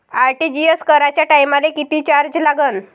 RTGS कराच्या टायमाले किती चार्ज लागन?